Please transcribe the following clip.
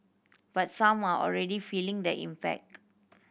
but some are already feeling the impact